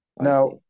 Now